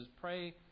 pray